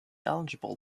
eligible